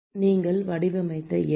மாணவர் நீங்கள் வடிவமைத்த எண்